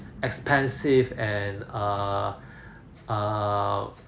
expensive and err err